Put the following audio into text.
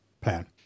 plan